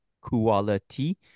Quality